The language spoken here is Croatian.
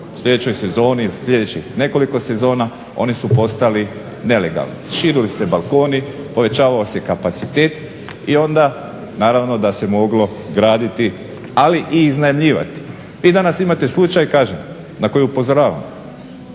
u sljedećoj sezoni u sljedećih nekoliko sezona oni su postali nelegalni, širili su se balkoni, povećavao se kapacitet i onda naravno da se moglo graditi, ali i iznajmljivati. Vi danas imate slučaj, kažem na koji upozoravam,